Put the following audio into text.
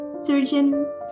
surgeon